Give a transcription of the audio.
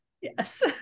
yes